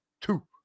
two